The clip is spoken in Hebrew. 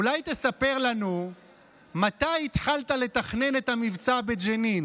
אולי תספר לנו מתי התחלת לתכנן את המבצע בג'נין.